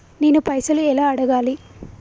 నేను పైసలు ఎలా అడగాలి?